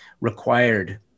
required